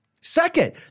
Second